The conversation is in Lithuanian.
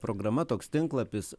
programa toks tinklapis